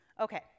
Okay